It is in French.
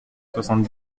soixante